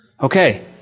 Okay